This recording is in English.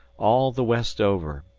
all the west over,